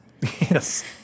yes